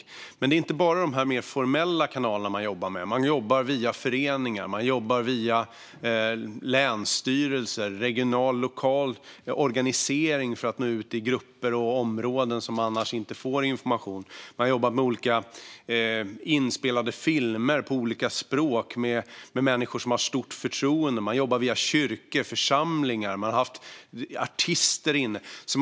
Men man jobbar inte bara med dessa mer formella kanaler. Man jobbar via föreningar. Man jobbar via länsstyrelser och regionalt och lokalt för att nå ut till grupper och områden som annars inte får information. Man jobbar med filmer på olika språk och med människor som åtnjuter stort förtroende. Man jobbar via kyrkor och församlingar. Man har haft artister inblandade.